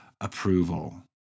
approval